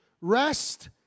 Rest